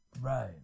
Right